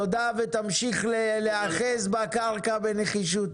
תודה ותמשיך להיאחז בקרקע בנחישות,